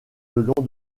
long